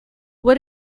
what